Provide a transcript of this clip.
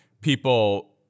people